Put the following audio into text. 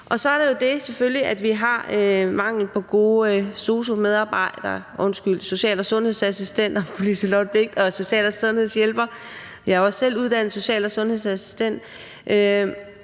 – undskyld, fru Liselott Blixt: social- og sundhedsassistenter og social- og sundhedshjælpere. Jeg er også selv uddannet social- og sundhedsassistent.